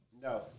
No